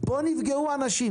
פה נפגעו אנשים.